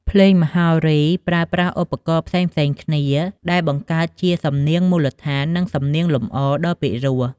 ភ្លេងមហោរីប្រើប្រាស់ឧបករណ៍ផ្សេងៗគ្នាដែលបង្កើតជាសំនៀងមូលដ្ឋាន និងសំនៀងលម្អដ៏ពិរោះ។